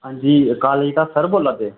हां जी कालेज दा सर बोल्लै दे